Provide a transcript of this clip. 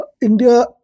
India